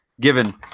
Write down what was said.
given